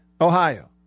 Ohio